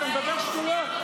--- אתה מדבר שטויות.